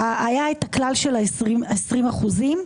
היה את הכלל של ה-20 אחוזים.